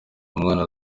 umwana